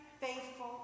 faithful